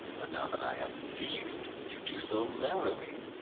but now that i have ceased you do so merrily.